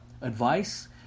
Advice